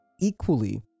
equally